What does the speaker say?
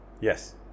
Yes